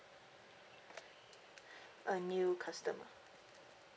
a new customer